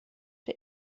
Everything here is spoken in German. der